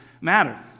matter